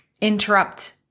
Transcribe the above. interrupt